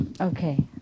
Okay